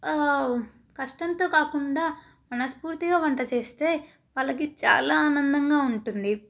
కష్టంతో కాకుండా మనస్ఫూర్తిగా వంట చేస్తే వాళ్ళకి చాలా ఆనందంగా ఉంటుంది